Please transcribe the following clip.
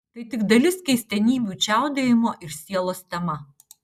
tai tik dalis keistenybių čiaudėjimo ir sielos tema